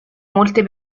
molte